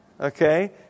Okay